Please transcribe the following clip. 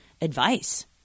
advice